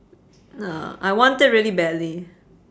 uh I want it really badly